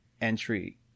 entry